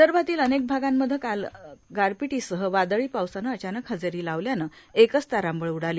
विदर्भातील अनेक भागांमध्ये काल गारपिटीसह वादळी पावसानं अचानक हजेरी लावल्यानं एकच तारांबळ उडाली